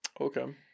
okay